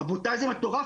זה מטורף.